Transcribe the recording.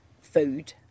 food